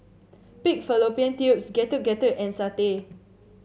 Pig Fallopian Tubes Getuk Getuk and satay